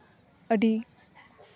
ᱟᱹᱰᱤ